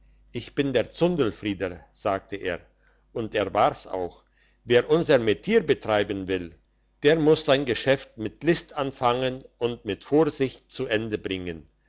ich bin der zundelfrieder sagte er und er war's auch wer unser metier treiben will der muss sein geschäft mit list anfangen und mit vorsicht zu ende bringen